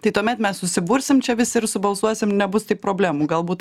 tai tuomet mes susibursim čia visi ir subalsuosim nebus taip problemų galbūt